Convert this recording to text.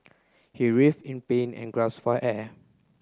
he writhed in pain and gasped for air